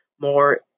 more